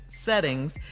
settings